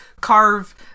carve